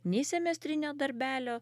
nei semestrinio darbelio